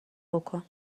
بکن